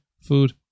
food